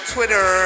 Twitter